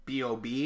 BOB